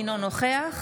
אינו נוכח